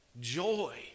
joy